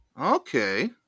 Okay